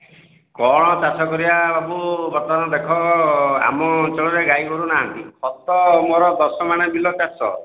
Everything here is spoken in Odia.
କ'ଣ ଚାଷ କରିବାକୁ ବାବୁ ବର୍ତ୍ତମାନ ଦେଖ ଆମ ଅଞ୍ଚଳରେ ଗାଈଗୋରୁ ନାହାନ୍ତି ଖତ ମୋର ଦଶ ମାଣେ ବିଲ ଚାଷ